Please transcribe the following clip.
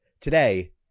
today